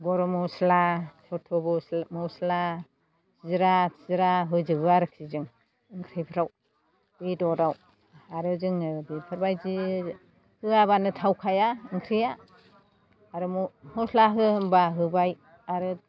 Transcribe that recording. गरम मस्ला चटबोसो मस्ला जिरा तिरा होजोबो आरिखि जों ओंख्रिफ्राव बेदराव आरो जोङो बेफोरबायदि होआबानो थावखाया ओंख्रिया आरो म मस्ला हो होमबा होबाय आरो